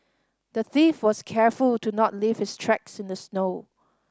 the thief was careful to not leave his tracks in the snow